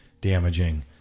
damaging